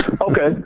Okay